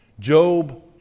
Job